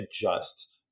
adjust